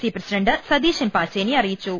C president Satheesan Pacheni അറിയിച്ചു